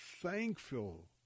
thankful